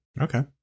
Okay